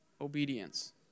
Obedience